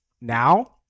Now